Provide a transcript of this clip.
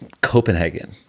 Copenhagen